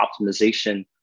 Optimization